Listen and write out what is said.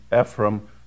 Ephraim